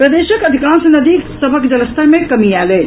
प्रदेशक अधिकांश नदी सभक जलस्तर मे कमी आयल अछि